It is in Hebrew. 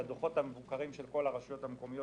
את הדוחות המבוקרים של כל הרשויות המקומיות